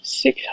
six